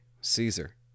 Caesar